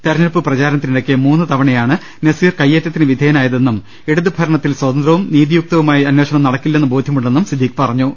തെരഞ്ഞെടുപ്പ് പ്രചാരണത്തിനിടക്ക് മൂന്ന് തവണയാണ് നസീർ കൈയ്യേറ്റത്തിന് വിധേയനായതെന്നും ഇടത് ഭരണത്തിൽ സ്വതന്ത്രവും നീതിയുക്തവുമായ അന്വേഷണം നടക്കില്ലെന്ന് ബോധ്യമുണ്ടെന്നും സിദ്ദിഖ് പറഞ്ഞു